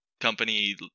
company